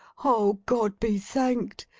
o, god be thanked!